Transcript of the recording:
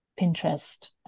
pinterest